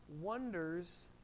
wonders